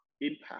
impact